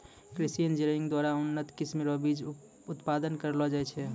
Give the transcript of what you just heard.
कृषि इंजीनियरिंग द्वारा उन्नत किस्म रो बीज उत्पादन करलो जाय छै